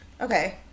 Okay